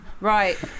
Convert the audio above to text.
Right